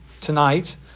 tonight